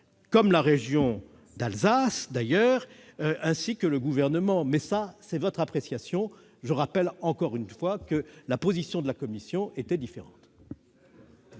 que la région Alsace, ainsi d'ailleurs que le Gouvernement. Cela, c'est votre appréciation. Je le rappelle encore une fois, la position de la commission était différente.